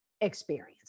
experience